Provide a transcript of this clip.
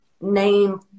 name